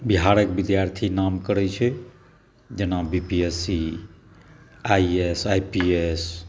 बिहारक विद्यार्थी नाम करै छै जेना बीपीएससी आईएस आईपीएस